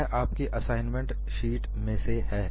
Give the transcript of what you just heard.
यह आपकी assignment sheet में से है